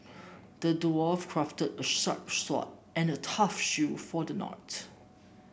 the dwarf crafted a sharp sword and a tough shield for the knight